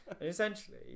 essentially